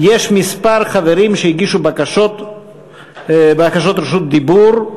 יש כמה חברים שהגישו בקשות לרשות דיבור.